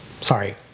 Sorry